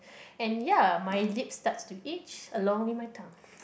and ya my lip starts to itch along with my tongue